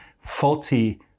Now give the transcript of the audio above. faulty